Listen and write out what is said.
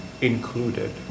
included